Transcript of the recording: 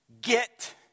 get